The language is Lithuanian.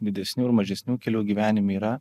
didesnių ir mažesnių kelių gyvenime yra